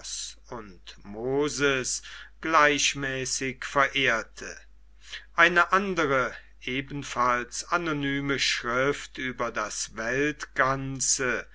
und moses gleichmäßig verehrte eine andere ebenfalls anonyme schrift über das weltganze